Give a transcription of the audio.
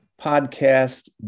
podcast